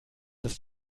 ist